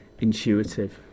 intuitive